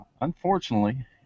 Unfortunately